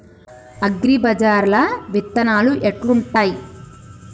అగ్రిబజార్ల విత్తనాలు ఎట్లుంటయ్?